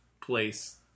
place